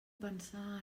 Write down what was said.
pensar